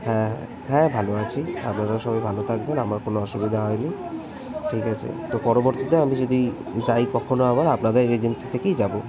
হ্যাঁ হ্যাঁ হ্যাঁ ভালো আছি আপনারা সবাই ভালো থাকবেন আমার কোনো অসুবিধা হয় নি ঠিক আছে তো পরবর্তীতে আমি যদি যাই কখনও আবার আপনাদের এজেন্সি থেকেই যাবো